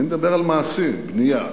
אני מדבר על מעשים: בנייה,